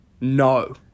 No